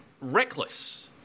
reckless